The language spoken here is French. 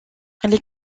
les